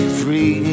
free